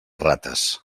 rates